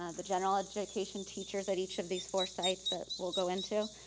ah the general education teachers at each of these four sites that we'll go into,